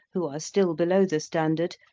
who are still below the standard,